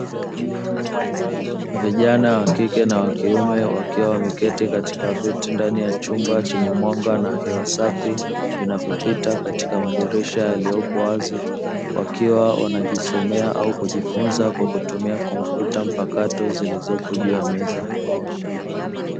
Vijana wakike na wakiume wakiwa wameketi katika viti ndani ya chumba chenye mwanga na hewa safi inayopita katika madirisha yaliyokuwa wazi wakiwa wanajisomea au kujifunza kupitia kompyuta mpakato zilizopo juu ya meza.